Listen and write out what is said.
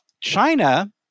China